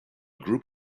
group